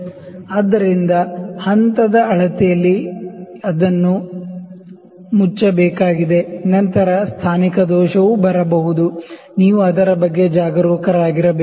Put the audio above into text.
ಆದ್ದರಿಂದ step measurement ಅಲ್ಲಿ ಅದನ್ನು ಮುಚ್ಚಬೇಕಾಗಿದೆ ನಂತರ ಪೊಸಿಷನಲ್ ಎರರ್ ಬರಬಹುದು ನೀವು ಅದರ ಬಗ್ಗೆ ಜಾಗರೂಕರಾಗಿರಬೇಕು